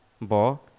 Bo